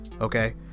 Okay